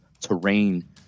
terrain